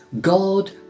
God